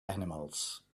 animals